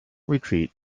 retreat